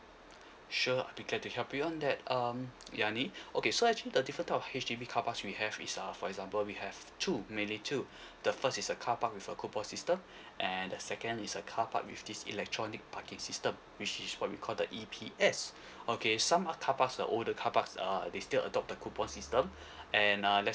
sure I think I can to help you on that um yani okay so actually the different of H_D_B car park we have is uh for example we have two method two the first is a car park with a coupon system and the second is a car park with this electronic parking system which is what we call the E_P_S okay some of car park are older car parks err they still adopt the coupon system and uh let